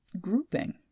grouping